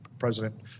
President